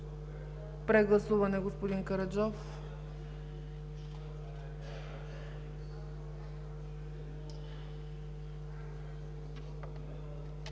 прегласуване, господин Караджов.